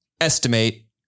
estimate